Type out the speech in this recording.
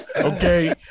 Okay